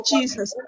Jesus